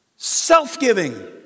Self-giving